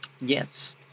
Yes